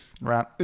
right